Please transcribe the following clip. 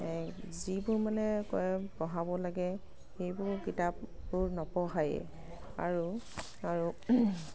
এই যিবোৰ মানে পঢ়াব লাগে সেইবোৰ কিতাপবোৰ নপঢ়াইয়ে আৰু আৰু